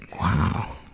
wow